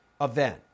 event